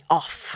off